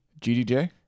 GDJ